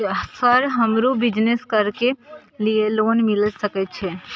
Sir हमरो business करके ली ये लोन मिल सके छे?